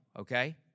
Okay